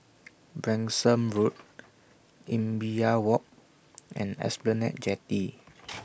Branksome Road Imbiah Walk and Esplanade Jetty